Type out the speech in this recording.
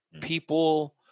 people